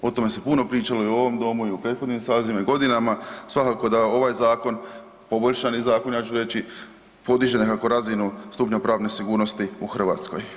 O tome se puno pričalo i u ovome domu i u prethodnim sazivima i godinama, svakako da je ovaj zakon poboljšani zakon ja ću reći, podiže nekako razinu stupnja pravne sigurnosti u Hrvatskoj.